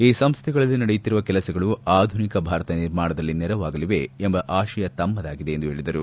ಈ ಸಂಸ್ಥೆಗಳಲ್ಲಿ ನಡೆಯುತ್ತಿರುವ ಕೆಲಸಗಳು ಆಧುನಿಕ ಭಾರತ ನಿರ್ಮಾಣದಲ್ಲಿ ನೆರವಾಗಲಿವೆ ಎಂಬ ಆಶಯ ತಮ್ನದಾಗಿದೆ ಎಂದು ಹೇಳಿದರು